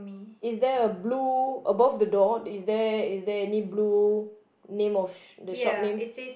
is there a blue above the door is there is there any blue name of the shop name